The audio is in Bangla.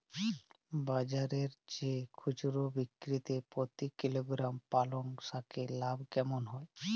বাজারের চেয়ে খুচরো বিক্রিতে প্রতি কিলোগ্রাম পালং শাকে লাভ কেমন হয়?